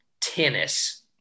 tennis